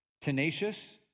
tenacious